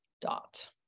dot